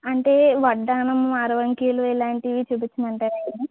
అంటే వడ్డాణము అరవంకీలు ఇలాంటివి చూపించమంటారాండి